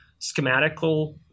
schematical